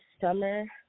summer